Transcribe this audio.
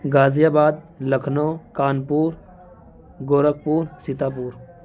غازی آباد لکھنؤ کانپور گورکھپور سیتا پور